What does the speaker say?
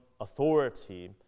authority